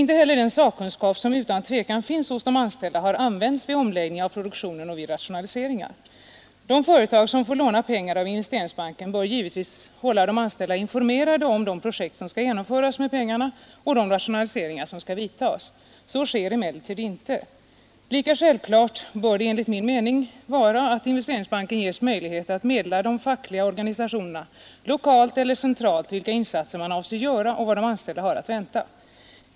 Inte heller har den sakkunskap som utan tvivel finns hos de företag anställda använts vid omläggning av produktionen och vid rationalise De företag som får låna pengar av Investeringsbanken bör givetvis hålla de anställda informerade om de projekt som skall genomföras med pengarna och de rationaliseringar som skall vidtas. Så sker emellertid inte. Lika självklart bör det enligt min mening vara att Investeringsbanken ges möjlighet att meddela de fackliga organisationerna, lokalt eller centralt, vilka insatser man avser att göra och vad de anställda har att vänta.